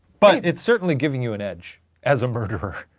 but it's certainly giving you an edge as a murderer.